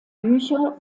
bücher